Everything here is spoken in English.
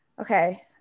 Okay